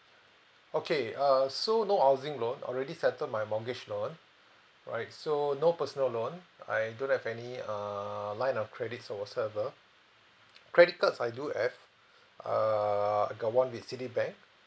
okay err so no housing loan already settled my mortgage loan alright so no personal loan I don't have any err line of credits or whatsoever credit cards I do have err I got one with Citibank